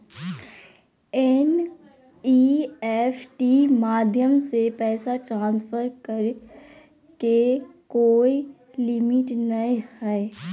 NEFT माध्यम से पैसा ट्रांसफर करे के कोय लिमिट नय हय